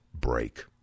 break